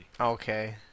Okay